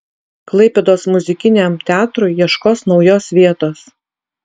klaipėdos muzikiniam teatrui ieškos naujos vietos